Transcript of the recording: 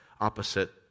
opposite